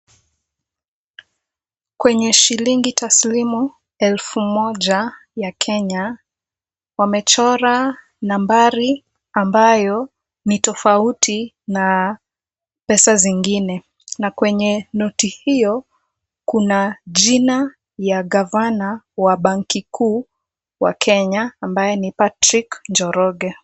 Kwenye shilingi taslimu elfu moja ya kenya wamechora nambari ambayo ni tofauti na pesa zingine na kwenye noti hio kuna jina ya gavana wa banki kuu wa kenya, ambaye ni Patrick Njoroge.